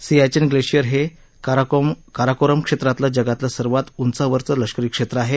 Siachen glacier हे कराकोरम क्षेत्रातलं जगातलं सर्वात उंचावरचं लष्करी क्षेत्र आहे